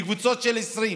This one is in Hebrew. בקבוצות של 20,